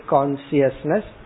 Consciousness